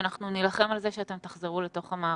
שאנחנו נילחם על זה שאתם תחזרו למערכת.